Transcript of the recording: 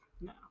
No